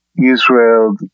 Israel